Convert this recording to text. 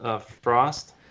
Frost